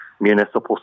municipal